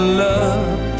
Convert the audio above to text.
love